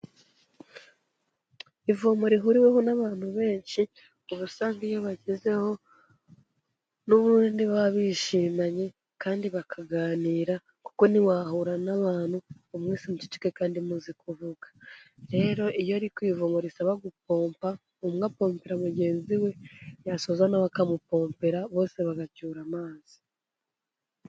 Ivomo rihuriweho n'abantu benshi uba usanga iyo bagezeho n'ubundi baba bishimanye kandi bakaganira kuko ntiwahura n'abantu ngo mwese muceceke kandi muzi kuvuga. Rero iyo ari ku ivomo risaba gupompa, buri umwe apompera mugenzi we, yasoza nawe akamupompera, bose bagacyura amazi.